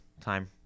time